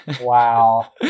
Wow